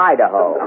Idaho